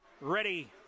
Ready